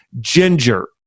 ginger